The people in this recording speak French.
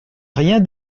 rien